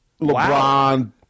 LeBron